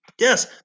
Yes